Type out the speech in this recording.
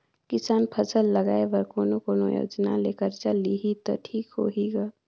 किसान फसल लगाय बर कोने कोने योजना ले कर्जा लिही त ठीक होही ग?